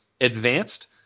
advanced